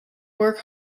work